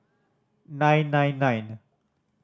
nine nine nine